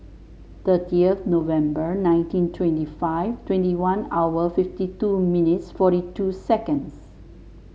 thirtieth November nineteen twenty five twenty one hour fifty two minutes forty two seconds